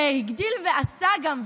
והגדיל ועשה גם,